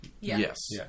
Yes